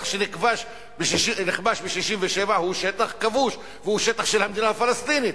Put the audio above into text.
שנכבש ב-67' הוא שטח כבוש והוא שטח של המדינה הפלסטינית.